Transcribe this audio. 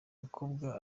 mukobwa